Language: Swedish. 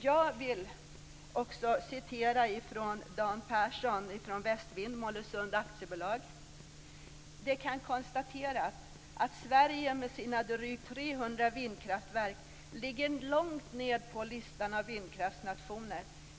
Jag vill läsa upp något från Dan Persson från Westwind Mollösund aktiebolag: Det kan konstateras att Sverige med sina drygt 300 vindkraftverk ligger långt ned på listan av vindkraftsnationer.